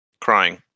Crying